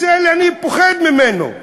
אני פוחד ממנו.